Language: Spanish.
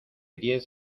diez